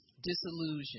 disillusion